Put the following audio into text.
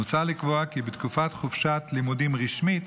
מוצע לקבוע כי בתקופת חופשת לימודים רשמית